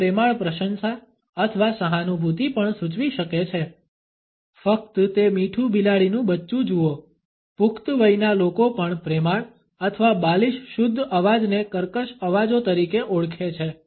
તે પ્રેમાળ પ્રશંસા અથવા સહાનુભૂતિ પણ સૂચવી શકે છે ફક્ત તે મીઠુ બિલાડીનું બચ્ચું જુઓ પુખ્ત વયના લોકો પણ પ્રેમાળ અથવા બાલિશ શુદ્ધ અવાજને કર્કશ અવાજો તરીકે ઓળખે છે